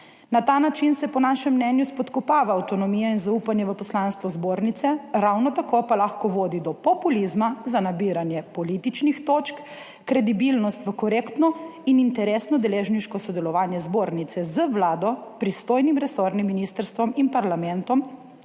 Na ta način se po našem mnenju spodkopava avtonomija in zaupanje v poslanstvo Zbornice, ravno tako pa lahko vodi do populizma za nabiranje političnih točk, kredibilnost v korektno in interesno deležniško sodelovanje Zbornice z Vlado, pristojnim resornim ministrstvom in parlamentom